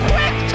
Quick